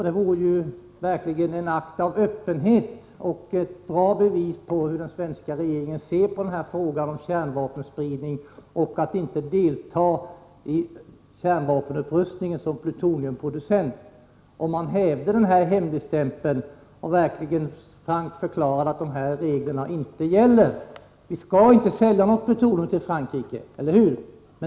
Det vore verkligen en akt av öppenhet och ett bra bevis på hur den svenska regeringen ser på frågan om kärnvapenspridning och frågan om att inte delta i kärnvapenupprustningen som plutoniumproducent, om man hävde hemligstämpeln och frankt förklarade att de här reglerna inte gäller. Vi skall inte sälja plutonium till Frankrike, eller hur?